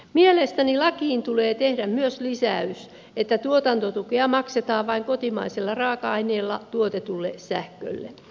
mielestäni lakiin tulee tehdä myös lisäys että tuotantotukea maksetaan vain kotimaisilla raaka aineilla tuotetulle sähkölle